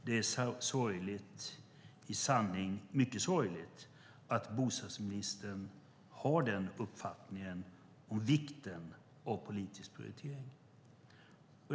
Det är sorgligt, i sanning mycket sorgligt att bostadsministern har den uppfattningen om vikten av politisk prioritering.